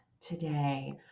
today